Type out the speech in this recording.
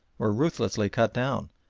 were ruthlessly cut down,